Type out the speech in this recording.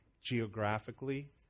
geographically